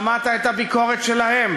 שמעת את הביקורת שלהם?